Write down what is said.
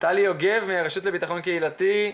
טלי יוגב מהרשות לביטחון קהילתי,